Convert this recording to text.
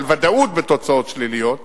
של ודאות בתוצאות שליליות וקשות,